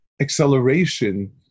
Acceleration